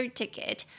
ticket